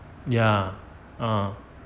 ya ah